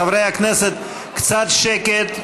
חברי הכנסת, קצת שקט.